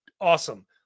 awesome